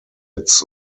its